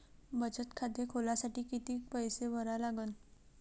बचत खाते खोलासाठी किती पैसे भरा लागन?